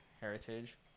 heritage